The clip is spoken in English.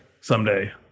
someday